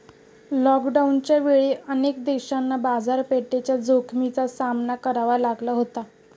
लॉकडाऊनच्या वेळी अनेक देशांना बाजारपेठेच्या जोखमीचा सामना करावा लागला होता